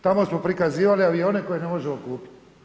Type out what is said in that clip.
Tamo smo prikazivali avione koje ne možemo kupiti.